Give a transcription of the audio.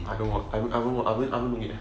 I don't watch I don't I don't even look yet